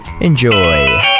Enjoy